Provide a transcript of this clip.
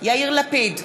יאיר לפיד,